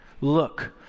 Look